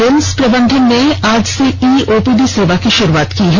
RIMS प्रबंधन ने आज से ई ओपीडी सेवा की शुरुआत की है